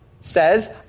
says